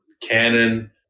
canon